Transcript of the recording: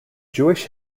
jewish